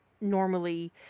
normally